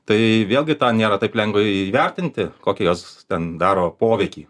tai vėlgi tą nėra taip lengva įvertinti kokią jos ten daro poveikį